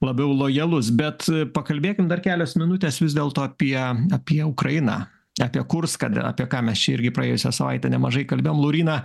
labiau lojalus bet pakalbėkim dar kelios minutės vis dėlto apie apie ukrainą apie kurską ten apie ką mes čia irgi praėjusią savaitę nemažai kalbėjom lauryna